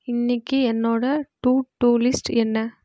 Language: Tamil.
இன்னிக்கு என்னோடய டு டூ லிஸ்ட் என்ன